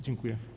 Dziękuję.